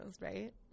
right